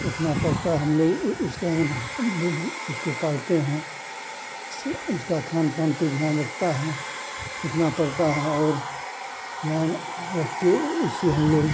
रखना पड़ता हम लोग उ उसका हमें उसको पालते हैं इससे उसके खानपान पर ध्यान रखता है रखना पड़ता है और ख्याल रख कर उसे हम लोग